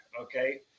okay